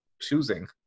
choosing